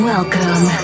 Welcome